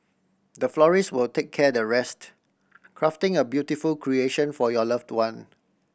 the florist will take care the rest crafting a beautiful creation for your loved one